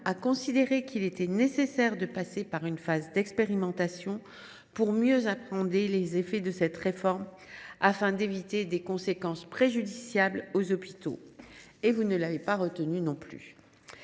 considéré qu’il était nécessaire de passer par une phase d’expérimentation pour mieux appréhender les effets de cette réforme, qui pourraient avoir des conséquences préjudiciables sur nos hôpitaux. Vous n’avez pas non plus